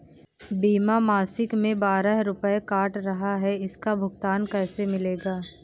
बीमा मासिक में बारह रुपय काट रहा है इसका भुगतान कैसे मिलेगा?